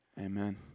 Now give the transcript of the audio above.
Amen